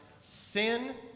sin